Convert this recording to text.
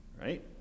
Right